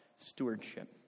stewardship